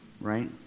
Right